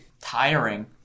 Tiring